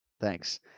Thanks